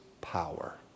power